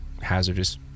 hazardous